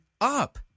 up